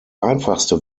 einfachste